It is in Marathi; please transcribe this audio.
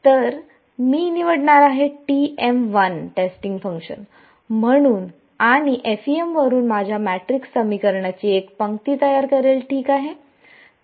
तर मी निवडणार आहे टेस्टिंग फंक्शन म्हणून आणि FEM वरुन माझ्या मॅट्रिक्स समीकरणाची एक पंक्ती तयार करेल ठीक आहे